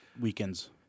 weekends